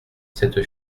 cette